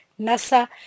NASA